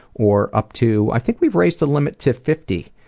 or up to i think we've raised the limit to fifty